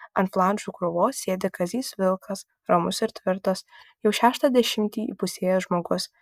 ant flanšų krūvos sėdi kazys vilkas ramus ir tvirtas jau šeštą dešimtį įpusėjęs žmogus